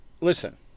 Listen